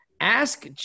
Ask